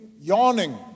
yawning